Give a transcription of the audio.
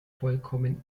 vollkommen